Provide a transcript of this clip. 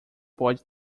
pode